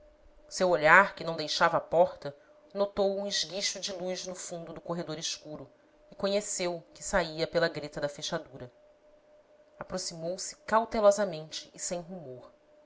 seu olhar que não deixava a porta notou um esguicho de luz no fundo do corredor escuro e conheceu que saía pela greta da fechadura aproximou-se cautelosamente e sem rumor